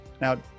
Now